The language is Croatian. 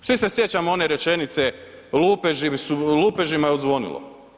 Svi se sjećamo one rečenice lupežima je odzvonilo.